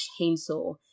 chainsaw